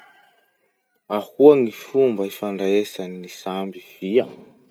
Ahoa gny fomba ifandraesagn'ny samby fia?